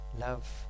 love